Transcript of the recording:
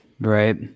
Right